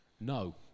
No